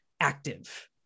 active